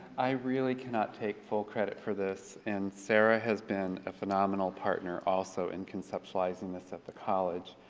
i really cannot take full credit for this and sara has been a phenomenal partner also in conceptualizing this at the college,